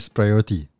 priority